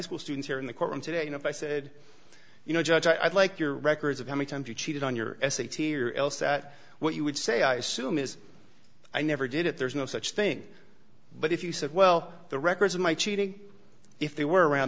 school students here in the courtroom today you know if i said you know judge i'd like your records of how many times you cheated on your s a t or else that what you would say i assume is i never did it there's no such thing but if you said well the records of my cheating if they were around